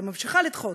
וממשיכה לדחות,